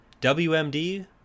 WMD